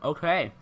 Okay